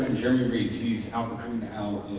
jeremy reese. he's out